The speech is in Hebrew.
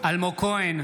אלמוג כהן,